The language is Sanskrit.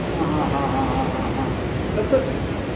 हा हा हा हा हा हा तत्